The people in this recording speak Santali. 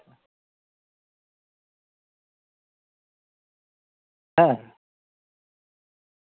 ᱦᱮᱸ